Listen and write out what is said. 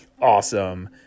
awesome